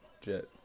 Jets